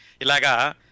Ilaga